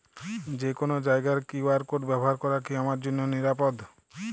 যে কোনো জায়গার কিউ.আর কোড ব্যবহার করা কি আমার জন্য নিরাপদ?